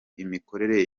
imikorere